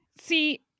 see